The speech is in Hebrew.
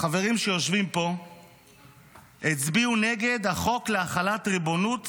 החברים שיושבים פה הצביעו נגד החוק להחלת ריבונות